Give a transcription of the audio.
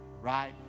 right